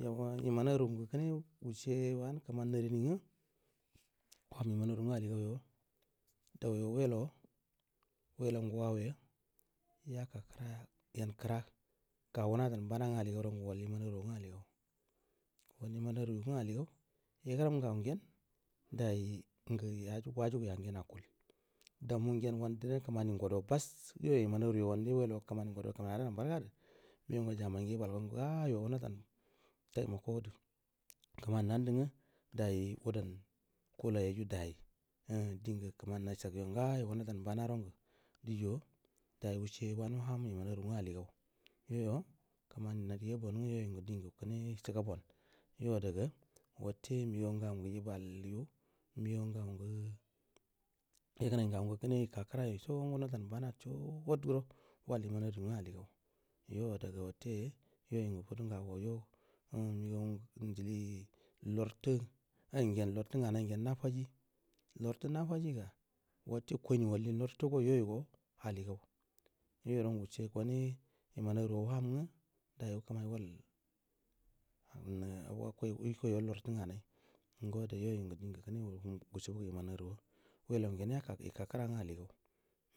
Yauwa iman aru ngu kne wushe wanu kman na rini ngu waham iman aru ngu alli gall yod au ya wulau wa wulau ngu wawi a yaka kraya yen kra ga wuna dan bana ng alli gau rongel wal iman our ngu alli gau wal iman aru wanga alli gau ye gurum gau ngen dai ngu waju yaju guy a ngen akul dau muhu go wa ndanai kmani ngo do bash yo iman our yo wanda nai illelau ula kmani ngodo kmani ana dan bar gadu migau nga mu jammai ngu ibal go ngayo wuna don taimako gudu kman nandu ng dai wudan kul ai ru dai ai nm din gu km ani nasha gu go ngoyo wuna dan bana run gu di jo dai wucce wanu waham iman aru nngu alli gau yoyo kmani nari yaba wan ngu yoi ngu din gu kuneshi gab ball yo adaga watte migau ngau ngu ibal ya migau ngau nngu yegg unai ngau nngu kura ika kra yo songu wuna dan bana sood wod guro wai iman aru ya ngu alli gau yo ada ga watte yoi ngu fudungu ago yo um migau ngu injici lortu yoi ngen lortu nganai ngen nafaji lortu nanfa ji ga watte koini waini lortu go yoi go alli goi yorongu wucce wane iman aru wa waham nga dai wu kumai wal wuko i wal hu m ngu yii sub u ga iman our wa walau ngen yaka yika ka nngu alli gau